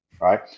right